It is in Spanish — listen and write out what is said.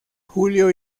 julio